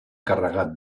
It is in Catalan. carregat